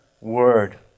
word